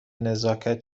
نزاکت